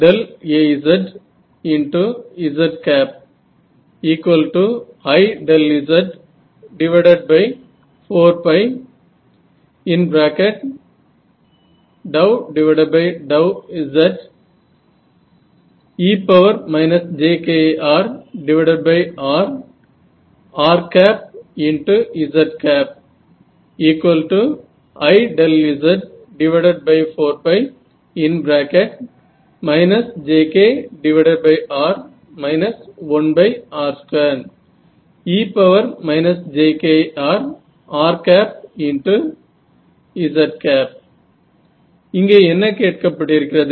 H1AzzIz4 zrzIz4 jkr 1r2e jkrrz இங்கே என்ன கேட்கப்பட்டிருக்கிறது